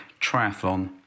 triathlon